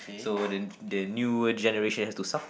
so the the newer generation has to suffer